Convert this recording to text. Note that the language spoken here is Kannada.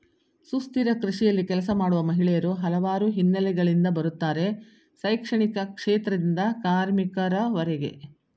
ಸುಸ್ಥಿರ ಕೃಷಿಯಲ್ಲಿ ಕೆಲಸ ಮಾಡುವ ಮಹಿಳೆಯರು ಹಲವಾರು ಹಿನ್ನೆಲೆಗಳಿಂದ ಬರುತ್ತಾರೆ ಶೈಕ್ಷಣಿಕ ಕ್ಷೇತ್ರದಿಂದ ಕಾರ್ಮಿಕರವರೆಗೆ